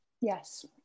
Yes